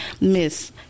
Miss